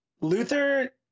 Luther